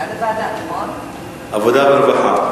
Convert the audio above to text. הנושא לוועדת העבודה, הרווחה